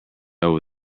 over